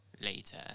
later